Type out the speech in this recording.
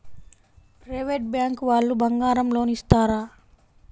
Private bank వాళ్ళు బంగారం loan ఇస్తారా?